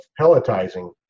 pelletizing